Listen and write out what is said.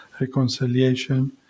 reconciliation